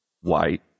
white